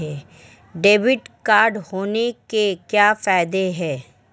Debit card होने के क्या फायदे हैं?